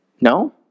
No